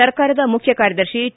ಸರ್ಕಾರದ ಮುಖ್ಯ ಕಾರ್ಯದರ್ತಿ ಟ